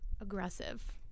Aggressive